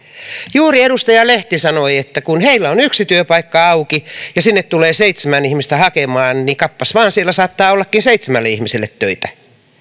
juuri edustaja lehti sanoi että kun heillä on yksi työpaikka auki ja sinne tulee seitsemän ihmistä hakemaan niin kappas vain siellä saattaa ollakin seitsemälle ihmiselle töitä